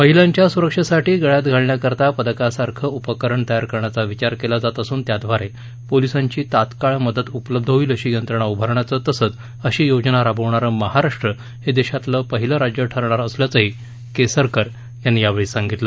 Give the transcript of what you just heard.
महिलांच्या सुरक्षेसाठी गळ्यात घालण्याकरता पदकासारखं उपकरण तयार करण्याचा विचार केला जात असून त्याद्वारे पोलिसांची तत्काळ मदत उपलब्ध होईल अशी यंत्रणा उभारण्याचं तसंच अशी योजना राबवणारं महाराष्ट्र हे देशातलं पहिलं राज्य ठरणार असल्याचंही केसरकर यांनी सांगितलं